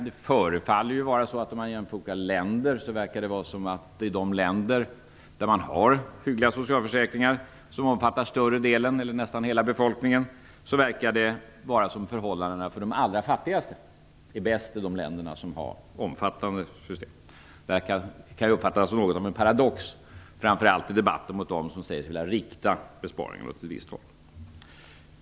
Vid en jämförelse mellan olika länder förefaller det som att i de länder där man har hyggliga socialförsäkringar, som omfattar större delen av eller nästan hela befolkningen, verkar förhållandena för de allra fattigaste vara de bästa. Detta kan uppfattas som något av en paradox, framför allt av dem som säger sig vilja rikta besparingar åt ett visst håll.